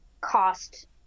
cost